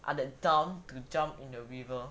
are that dumb to jump in the river